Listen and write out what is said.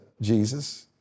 Jesus